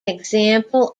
example